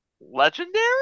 legendary